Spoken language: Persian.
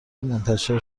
منتشر